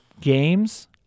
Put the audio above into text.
games